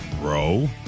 bro